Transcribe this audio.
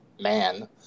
man